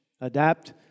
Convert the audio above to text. adapt